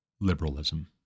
liberalism